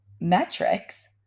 metrics